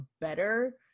better